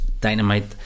Dynamite